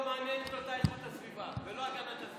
לא מעניינות אותה איכות הסביבה ולא הגנת הסביבה.